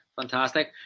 fantastic